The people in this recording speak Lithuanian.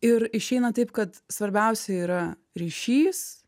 ir išeina taip kad svarbiausia yra ryšys